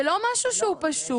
זה לא משהו שהוא פשוט.